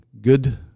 good